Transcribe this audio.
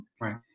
Right